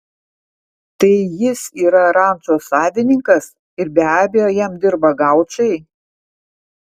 tai jis yra rančos savininkas ir be abejo jam dirba gaučai